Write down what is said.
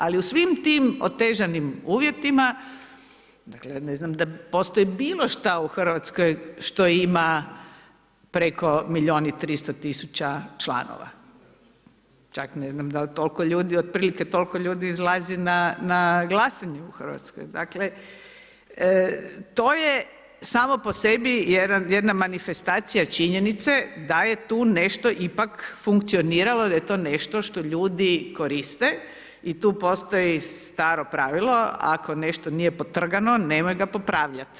Ali u svim tim otežanim uvjetima, dakle ne znam dal postoji bila šta u Hrvatskoj što ima preko milijun i 300 000 članova, čak ne znam, otprilike toliko ljudi izlazi na glasanje u Hrvatskoj, dakle to je samo po sebi jedna manifestacija činjenice da je tu nešto ipak funkcioniralo i da je to nešto što ljudi koriste i tu postoji staro pravilo, ako nešto nije potrgano nemoj ga popravljat.